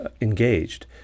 engaged